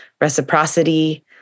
reciprocity